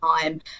time